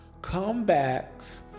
Comebacks